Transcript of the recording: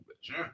Sure